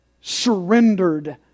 surrendered